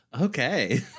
okay